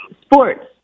Sports